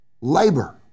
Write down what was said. labor